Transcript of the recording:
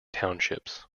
townships